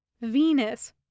Venus